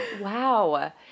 Wow